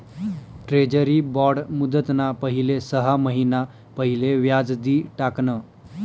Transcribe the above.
treasury bond मुदतना पहिले सहा महिना पहिले व्याज दि टाकण